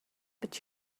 but